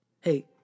Hey